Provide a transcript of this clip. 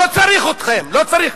לא צריך אתכם, לא צריך.